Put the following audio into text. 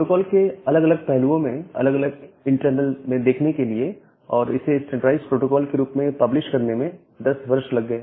protocol के अलग अलग पहलुओं में अलग अलग इंटरनल में देखने के लिए और इसे स्टैंडराइज्ड प्रोटोकॉल के रूप में पब्लिश करने में 10 वर्ष लग गए